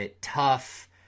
tough